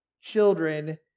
children